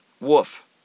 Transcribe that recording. woof